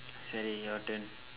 Sherry your turn